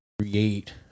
create